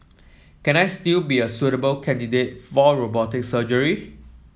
can I still be a suitable candidate for robotic surgery